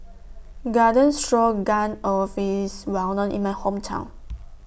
Garden Stroganoff IS Well known in My Hometown